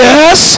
Yes